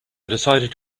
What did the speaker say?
decided